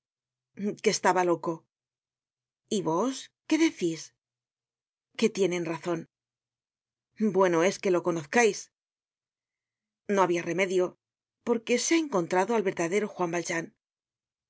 que estaba loco y vos qué decís que tienen razon bueno es que lo conozcais no habia remedio porque se ha encontrado al verdadero juan valjean